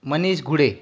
Manish Ghude